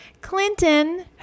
Clinton